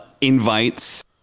invites